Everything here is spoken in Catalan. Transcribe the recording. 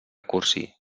cursi